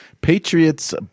Patriots